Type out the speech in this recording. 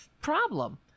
problem